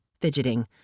fidgeting